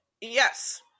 Yes